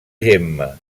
gemma